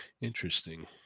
Interesting